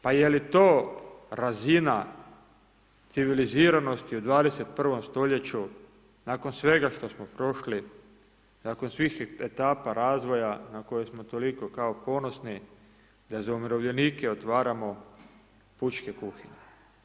Pa je li to razina civiliziranosti u 21. stoljeću nakon svega što smo prošli, nakon svih etapa razvoja na koje smo toliko kao ponosni da za umirovljenike otvaramo pučke kuhinja.